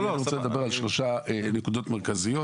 אני רוצה לדבר על שלוש נקודות מרכזיות.